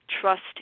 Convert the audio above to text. Trust